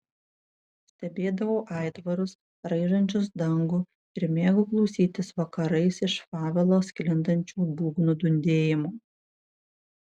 stebėdavau aitvarus raižančius dangų ir mėgau klausytis vakarais iš favelos sklindančių būgnų dundėjimo